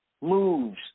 moves